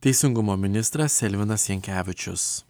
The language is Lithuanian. teisingumo ministras elvinas jankevičius